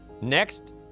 Next